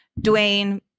Dwayne